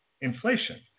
inflation